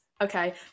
Okay